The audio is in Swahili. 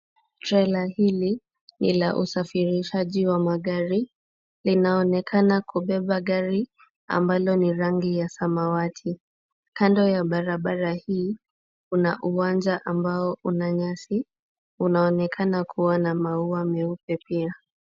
Trela hii ya usafirishaji wa magari. Linaonekana kubeba gari ambalo ni la samawati. Kando ya barabara hii kuna nyasi, kunaonekana kubwa na maua meupe pia.